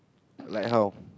like how